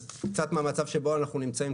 אז קצת מהמצב שבו אנחנו נמצאים,